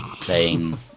playing